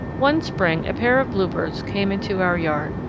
one spring a pair of bluebirds came into our yard,